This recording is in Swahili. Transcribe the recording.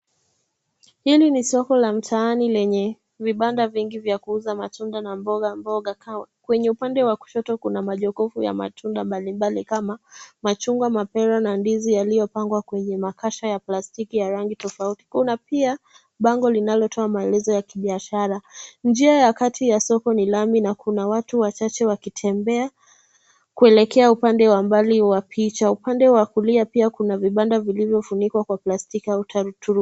Hili ni soko la mtaani lenye vibanda vingi vya kuuza matunda na mboga mboga, kwenye upande wa kushoto kuna majokofu ya matunda mbalimbali kama machungwa, mapera na ndizi yaliyopangwa kwenye makasha ya plastiki ya rangi tofauti. Kuna pia bango linalotoa maelezo ya kibiashara. Njia ya kati ya soko ni lami na kuna watu wachache wakitembea kuelekea upande wa mbali wa picha. Upande wa kulia pia kuna vibanda vilvyofunikwa kwa plastiki au turubai.